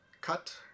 cut